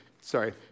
Sorry